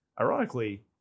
Ironically